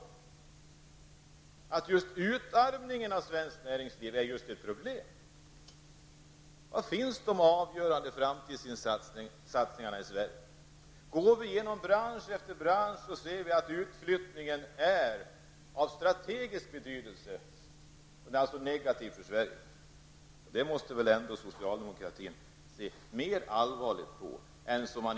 Utarmningen av svenskt näringsliv är just problemet! Sverige? Om vi går igenom bransch för bransch kan vi se att utflyttningen är av strategisk betydelse. Den är alltså negativ för Sverige. Detta måste väl ändå socialdemokratin se mer allvarligt på.